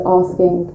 asking